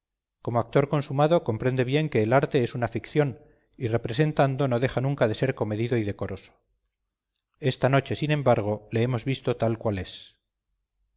como actor consumado comprende bien que el arte es una ficción y representando no deja nunca de ser comedido y decoroso esta noche sin embargo le hemos visto tal cual es